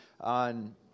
on